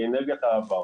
היא אנרגיית העבר.